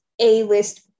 A-list